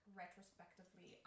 retrospectively